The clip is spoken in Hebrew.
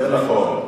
זה נכון.